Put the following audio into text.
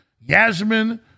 Yasmin